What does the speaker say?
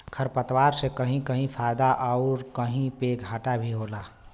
खरपात से कहीं कहीं फायदा आउर कहीं पे घाटा भी होला